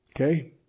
Okay